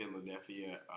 Philadelphia